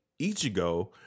Ichigo